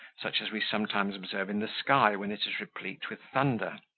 such as we sometimes observe in the sky when it is replete with thunder,